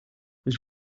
was